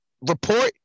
report